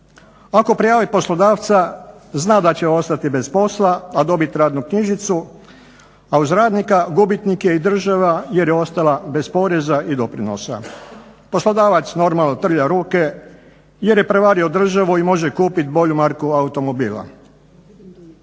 Ako prijavi poslodavca zna da će ostati bez posla, pa dobit radnu knjižnicu, a uz radnika gubitnik je i država jer je ostala bez poreza i doprinosa. Poslodavac normalno trlja ruke jer je prevario državu i može kupit bolju marku automobila.